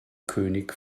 könig